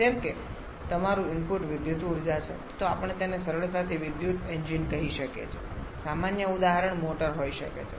જેમ કે જ્યારે તમારું ઇનપુટ વિદ્યુત ઉર્જા છે તો આપણે તેને સરળતાથી વિદ્યુત એન્જિન કહી શકીએ છીએ સામાન્ય ઉદાહરણ મોટર હોઈ શકે છે